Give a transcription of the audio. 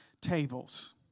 tables